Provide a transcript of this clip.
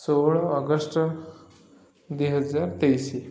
ଷୋହଳ ଅଗଷ୍ଟ ଦୁଇହଜାର ତେଇଶି